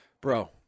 Bro